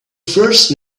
first